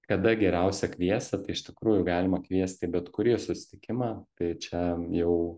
kada geriausia kviesti tai iš tikrųjų galima kviesti į bet kurį susitikimą bei čia jau